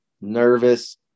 nervous